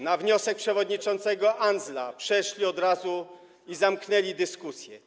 Na wniosek przewodniczącego Andzela przeszli od razu... zamknęli dyskusję.